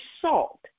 salt